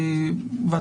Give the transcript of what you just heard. ביום ראשון בא,